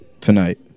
tonight